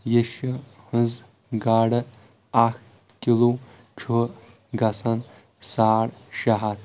یشہِ ہٕنٛز گاڈٕ اکھ کلِو چھُ گژھان ساڑ شیٚے ہتھ